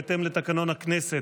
בהתאם לתקנון הכנסת,